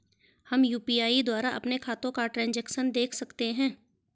हम यु.पी.आई द्वारा अपने खातों का ट्रैन्ज़ैक्शन देख सकते हैं?